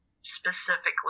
specifically